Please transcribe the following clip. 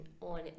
on